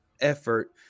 effort